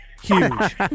Huge